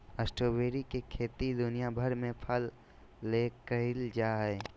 strawberry के खेती दुनिया भर में फल ले कइल जा हइ